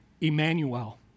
Emmanuel